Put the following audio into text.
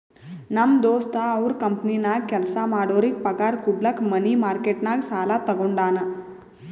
ನಮ್ ದೋಸ್ತ ಅವ್ರ ಕಂಪನಿನಾಗ್ ಕೆಲ್ಸಾ ಮಾಡೋರಿಗ್ ಪಗಾರ್ ಕುಡ್ಲಕ್ ಮನಿ ಮಾರ್ಕೆಟ್ ನಾಗ್ ಸಾಲಾ ತಗೊಂಡಾನ್